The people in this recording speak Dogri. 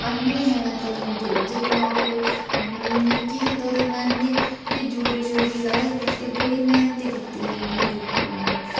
आह्ने हे मै तदूं जदूं अ'ऊं कोई निक्की ही तदूं मै आंह्दे फ्ही जोड़ी जोड़ी लाए बूहटे बड़ी मेह्नत कीती ही उनें बूहटे लाने च